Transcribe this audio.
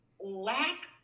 lack